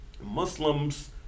Muslims